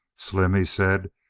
slim, he said,